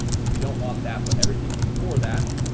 so we don't want that but everything before that